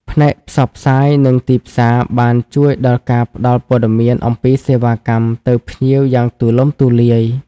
ផ្នែកផ្សព្វផ្សាយនិងទីផ្សារបានជួយដល់ការផ្ដល់ព័ត៌មានអំពីសេវាកម្មទៅភ្ញៀវយ៉ាងទូលំទូលាយ។